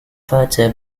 further